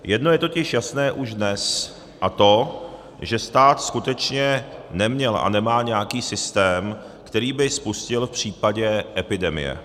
Jedno je totiž jasné už dnes, a to že stát skutečně neměl a nemá nějaký systém, který by spustil v případě epidemie.